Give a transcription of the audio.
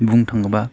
बुंनो थाङोब्ला